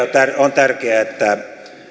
on tärkeää että